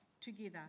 together